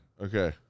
okay